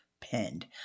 pinned